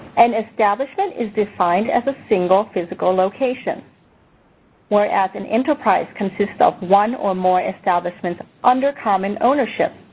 an establishment is defined as ah single, physical location whereas an enterprise consists of one or more establishments under common ownership.